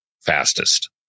fastest